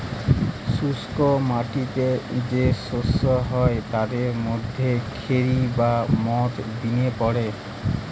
শুষ্ক মাটিতে যেই শস্য হয় তাদের মধ্যে খেরি বা মথ বিন পড়ে